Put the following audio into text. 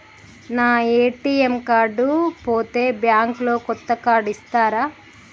నా ATM card పోతే bank లో కొత్త కార్డు ఇస్తరా?